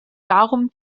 darum